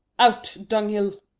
out, dunghill!